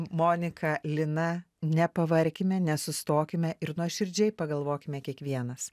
monika lina nepavarkime nesustokime ir nuoširdžiai pagalvokime kiekvienas